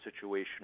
situation